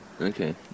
Okay